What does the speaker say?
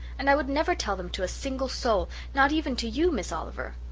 and i would never tell them to a single soul not even to you, miss oliver.